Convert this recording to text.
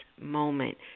moment